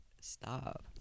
stop